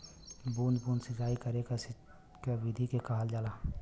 बूंद बूंद सिंचाई कवने सिंचाई विधि के कहल जाला?